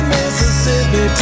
Mississippi